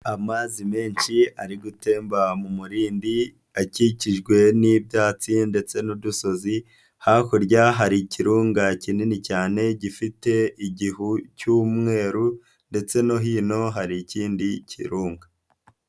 Amazi menshi ari gutemba mu murindi akikijwe n'ibyatsi ndetse n'udusozi, hakurya hari ikirunga kinini cyane gifite igihu cy'umweru ndetse no hino hari ikindi kirunga.